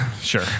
Sure